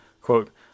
Quote